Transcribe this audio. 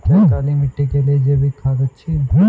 क्या काली मिट्टी के लिए जैविक खाद अच्छी है?